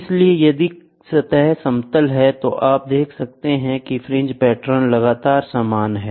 इसलिए यदि सतह समतल है तो आप देख सकते हैं कि फ्रिंज पैटर्न लगातार समान हैं